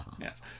yes